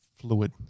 fluid